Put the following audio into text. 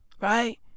Right